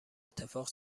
اتفاق